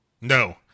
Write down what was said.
no